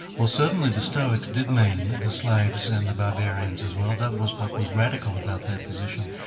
well certainly the stoics did mean the slaves and the barbarians as well. that was what was radical about their position.